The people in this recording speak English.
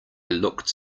looked